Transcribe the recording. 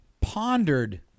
pondered